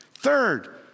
Third